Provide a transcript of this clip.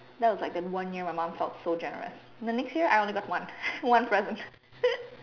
that was like the one year my mum felt so generous the next year I only got one one present